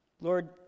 Lord